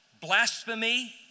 blasphemy